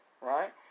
right